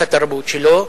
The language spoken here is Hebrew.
את התרבות שלו.